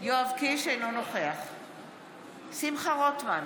אינו נוכח שמחה רוטמן,